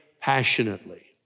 passionately